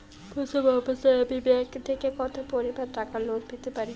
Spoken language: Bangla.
প্রথম অবস্থায় আমি ব্যাংক থেকে কত পরিমান টাকা লোন পেতে পারি?